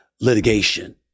litigation